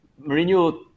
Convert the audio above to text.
Mourinho